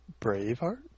Braveheart